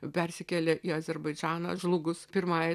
persikėlė į azerbaidžaną žlugus pirmai